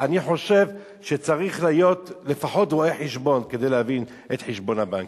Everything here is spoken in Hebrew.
אני חושב שצריך להיות לפחות רואה-חשבון כדי להבין את חשבון הבנקים.